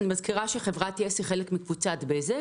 אני מזכירה שחברת יס היא חלק מקבוצת בזק.